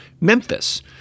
Memphis